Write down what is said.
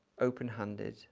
open-handed